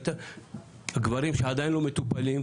או את הגברים שעדיין לא מטופלים,